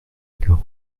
gare